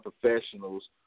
professionals